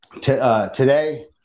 today